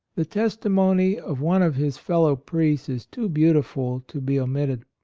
the testimony of one of his fellow priests is too beautiful to be omitted.